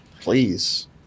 Please